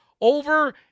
over